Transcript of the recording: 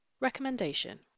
Recommendation